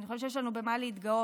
אני חושבת שיש לנו במה להתגאות,